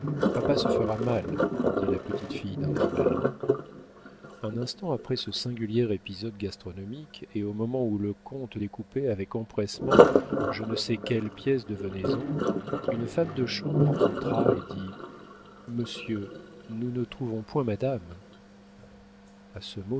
papa se fera mal dit la petite fille d'un air malin un instant après ce singulier épisode gastronomique et au moment où le comte découpait avec empressement je ne sais quelle pièce de venaison une femme de chambre entra et dit monsieur nous ne trouvons point madame a ce mot